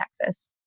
Texas